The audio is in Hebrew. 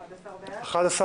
11 בעד.